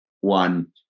one